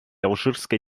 алжирская